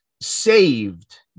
saved